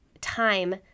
time